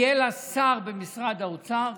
יהיה לה שר במשרד האוצר,